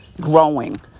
growing